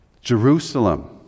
Jerusalem